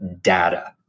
data